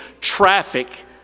traffic